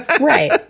Right